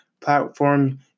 platform